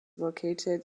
located